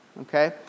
Okay